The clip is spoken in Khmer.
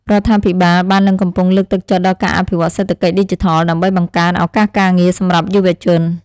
រដ្ឋាភិបាលបាននិងកំពុងលើកទឹកចិត្តដល់ការអភិវឌ្ឍសេដ្ឋកិច្ចឌីជីថល ដើម្បីបង្កើនឱកាសការងារសម្រាប់យុវជន។